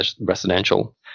residential